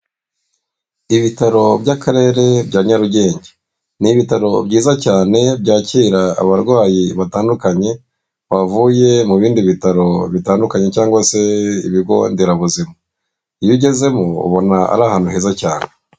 Ibitaro by'akarere bya Nyarugenge. Ni ibitaro byiza cyane byakira abarwayi batandukanye, bavuye mu bindi bitaro bitandukanye, cyangwa se ibigo nderabuzima. Iyo ugezemo ubona ari ahantu heza cyane.